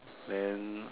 then